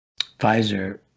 Pfizer